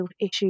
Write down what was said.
issues